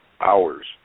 hours